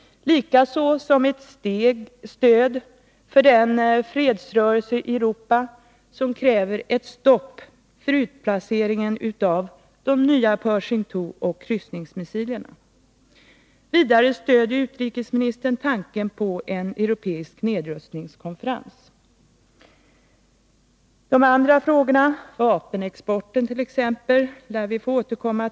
Likaså måste det uppfattas som ett stöd för den fredsrörelse i Europa som kräver ett stopp för utplacering av de nya Pershing II och kryssningsmissilerna. Vidare stöder Bodström tanken på en europeisk nedrustningskonferens. Till de andra frågorna, t.ex. frågan om vapenexporten, lär vi få återkomma.